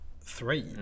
three